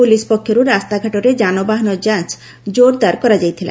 police ପକ୍ଷରୁ ରାସ୍ତାଘାଟରେ ଯାନବାହନ ଯାଞ୍ଚ ଜୋରଦାର କରାଯାଇଥିଲା